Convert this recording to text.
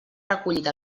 recollit